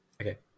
Okay